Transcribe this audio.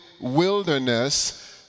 wilderness